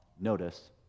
Notice